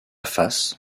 face